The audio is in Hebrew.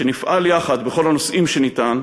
שנפעל יחד בכל הנושאים שניתן,